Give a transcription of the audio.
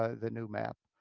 ah the new map.